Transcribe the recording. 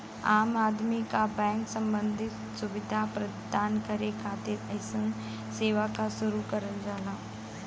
आम आदमी क बैंक सम्बन्धी सुविधा प्रदान करे खातिर अइसन सेवा क शुरू करल जाला